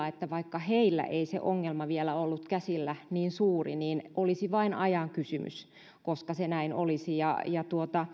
että vaikka heillä ei se ongelma vielä ollut käsillä niin suuri niin olisi vain ajan kysymys koska se näin olisi